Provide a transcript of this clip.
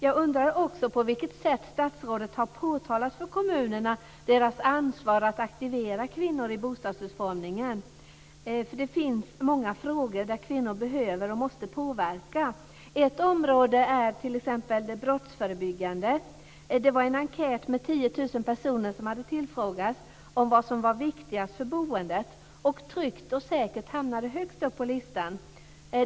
Jag undrar också på vilket sätt statsrådet för kommunerna har påtalat deras ansvar för att aktivera kvinnor i bostadsutformingen. Det finns många frågor där kvinnor behöver och måste påverka. Ett område är t.ex. brottsförebyggandet. Det var en enkät med 10 000 personer som hade tillfrågats om vad som var viktigast för boendet. Att det ska vara tryggt och säkert hamnade högst upp på listan.